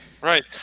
Right